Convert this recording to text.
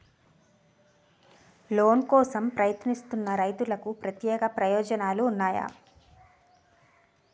Loan కోసం ప్రయత్నిస్తున్న రైతులకు ప్రత్యేక ప్రయోజనాలు ఉన్నాయా?